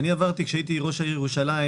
כשהייתי ראש העיר ירושלים,